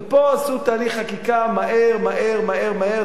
ופה עשו תהליך חקיקה מהר מהר מהר מהר.